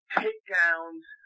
takedowns